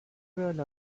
rule